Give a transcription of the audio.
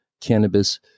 cannabis